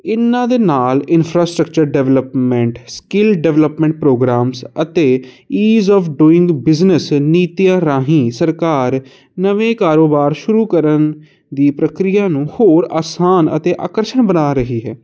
ਇਹਨਾਂ ਦੇ ਨਾਲ infrastructure development skill development programs ਅਤੇ ਈਜ ਆਫ ਡੂਇੰਗ ਬਿਜਨਸ ਨੀਤੀਆ ਰਾਹੀਂ ਸਰਕਾਰ ਨਵੇਂ ਕਾਰੋਬਾਰ ਸ਼ੁਰੂ ਕਰਨ ਦੀ ਪ੍ਰਕਰਿਆ ਨੂੰ ਹੋਰ ਆਸਾਨ ਅਤੇ ਆਕਰਸ਼ਨ ਬਣਾ ਰਹੀ ਹੈ